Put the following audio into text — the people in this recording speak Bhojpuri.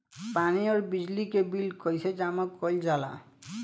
पानी और बिजली के बिल कइसे जमा कइल जाला?